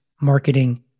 marketing